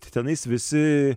tenais visi